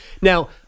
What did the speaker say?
Now